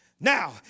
Now